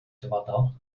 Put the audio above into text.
dyfodol